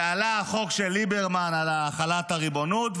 ועלה החוק של ליברמן על החלת הריבונות,